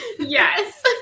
Yes